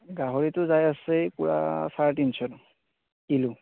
গাহৰিটো যাই আছে পূৰা চাৰে তিনিশ কিলো